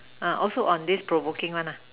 also on this provoking one lah